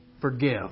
Forgive